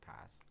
pass